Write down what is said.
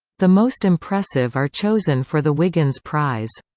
the most impressive are chosen for the wiggins prize.